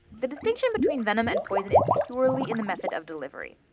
the distinction between venom and poison is purely in the method of delivery.